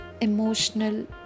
emotional